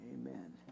Amen